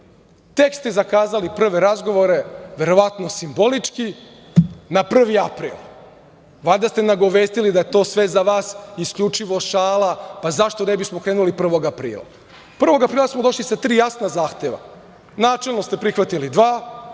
Tek ste zakazali prve razgovore, verovatno simbolički, na 1. april. Valjda ste nagovestili da je to sve za vas isključivo šala, pa zašto ne bismo krenuli 1. aprila? Dakle, 1. aprila smo došli sa tri jasna zahteva. Načelno ste prihvatili dva.